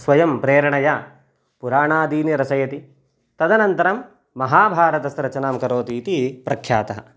स्वयं प्रेरणया पुराणादीनि रचयति तदनन्तरं महाभारतस्य रचनां करोति इति प्रख्यातः